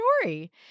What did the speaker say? story